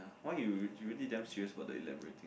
why you you really damn serious about the elaborating